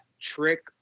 Trick